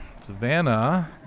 Savannah